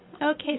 Okay